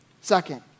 Second